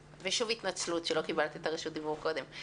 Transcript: שוב התנצלות על שלא קיבלת את רשות הדיבור קודם.